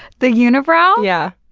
the unibrow? yeah